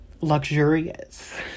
luxurious